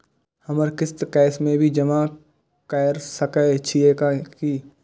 हमर किस्त कैश में भी जमा कैर सकै छीयै की?